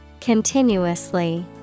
Continuously